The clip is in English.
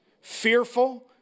fearful